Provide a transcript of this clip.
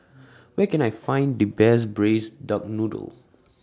Where Can I Find The Best Braised Duck Noodle